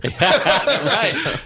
Right